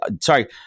Sorry